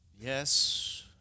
Yes